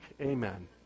Amen